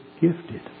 gifted